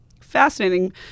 Fascinating